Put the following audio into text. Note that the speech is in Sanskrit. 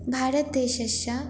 भारतदेशस्य